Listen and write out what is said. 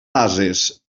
ases